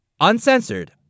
Uncensored